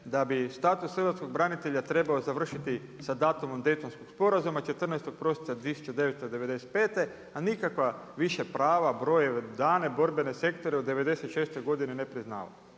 da bi status hrvatskog branitelja trebao završiti sa datumom Dejtonskog sporazuma 14.12.1995. a nikakva više prava, broj dane, borbene sektore od '96. godine ne priznavam.